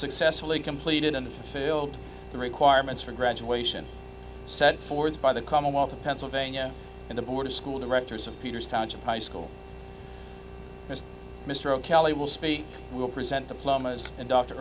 successfully completed and failed the requirements for graduation set forth by the commonwealth of pennsylvania and the board of school directors of peter's township high school as mr kelley will speak will present diplomas and dr